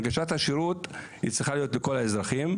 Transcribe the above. הנגשת השירות צריכה להיות לכל האזרחים,